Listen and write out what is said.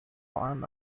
farm